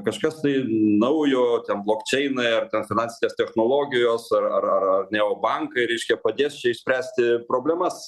kažkas tai naujo ten blokčeinai ar finansinės technologijos ar ar ar neobankai reiškia padės išspręsti problemas